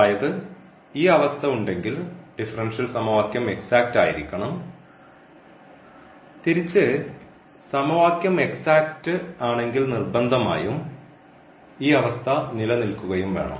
അതായത് ഈ അവസ്ഥ ഉണ്ടെങ്കിൽ ഡിഫറൻഷ്യൽ സമവാക്യം എക്സാറ്റ് ആയിരിക്കണം തിരിച്ച് സമവാക്യം എക്സാറ്റ് ആണെങ്കിൽ നിർബന്ധമായും ഈ അവസ്ഥ നിലനിൽക്കുകയും വേണം